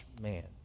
man